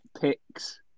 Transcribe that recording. picks